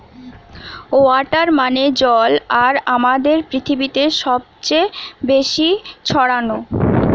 water মানে জল আর আমাদের পৃথিবীতে সবচে বেশি ছড়ানো